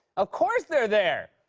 of course they're there.